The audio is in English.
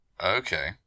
Okay